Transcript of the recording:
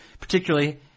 particularly